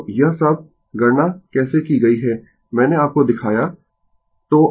तो यह सब गणना कैसे की गई है मैंने आपको दिखाया